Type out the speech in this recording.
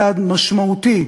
צעד משמעותי,